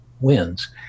wins